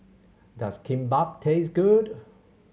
does Kimbap taste good